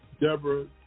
Deborah